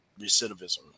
recidivism